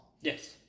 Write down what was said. Yes